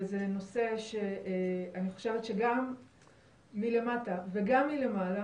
וזה נושא שגם מלמטה וגם מלמעלה,